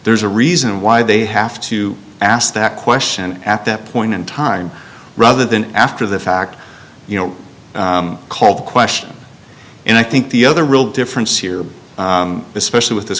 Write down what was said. there's a reason why they have to ask that question at that point in time rather than after the fact you know call the question and i think the other real difference here especially with this